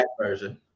version